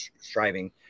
striving